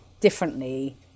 differently